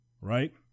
Right